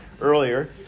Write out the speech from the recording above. earlier